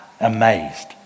amazed